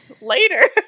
Later